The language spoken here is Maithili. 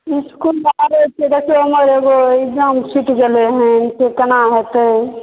इस्कुल तऽ आबैत छियै देखियौ ने हमर एगो इग्ज़ैम छूटि गेलै हेँ से केना हेतै